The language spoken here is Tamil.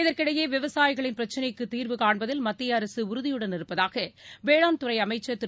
இதற்கிடையே விவசாயிகளின் பிரச்சினைகளுக்கு தீர்வு காண்பதில் மத்திய அரசு உறுதியுடன் இருப்பதாக வேளாண் துறை அமைச்சர் திரு